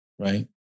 right